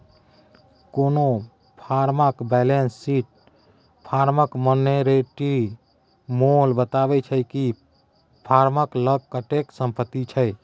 कोनो फर्मक balance sheet फर्मक मानेटिरी मोल बताबै छै कि फर्मक लग कतेक संपत्ति छै